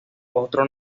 otro